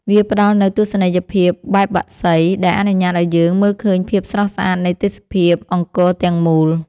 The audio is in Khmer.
វាផ្ដល់នូវទស្សនីយភាពបែបបក្សី ដែលអនុញ្ញាតឱ្យយើងមើលឃើញភាពស្រស់ស្អាតនៃទេសភាពអង្គរទាំងមូល។